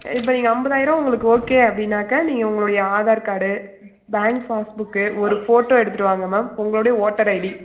சரி இப்போ நீங்கள் ஐம்பதாயிரோம் உங்களுக்கு ஓகே அப்படின்னாக்க நீங்கள் உங்களுடைய ஆதார் கார்டு பேங்க் ஃபாஸ்புக்கு ஒரு ஃபோட்டோ எடுத்துகிட்டு வாங்க மேம் உங்களுடைய ஓட்டர் ஐடி